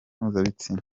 mpuzabitsina